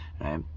right